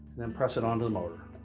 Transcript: then press it onto the motor.